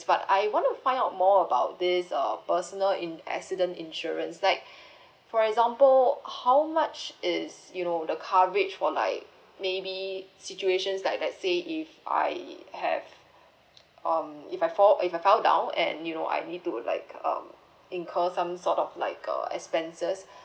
but I want to find out more about this uh personal in accident insurance like for example how much is you know the coverage for like maybe situation like let's say if I have um if I fall if I fell down and you know I need to like um incur some sort of like a expenses